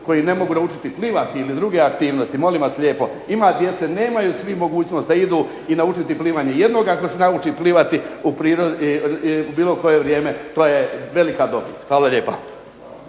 koji ne mogu naučiti plivati ili druge aktivnosti. Molim vas lijepo, ima djece, nemaju svi mogućnost da idu i naučiti plivanje. Jednoga ako se nauči plivati u bilo koje vrijeme to je velika dobit. Hvala lijepa.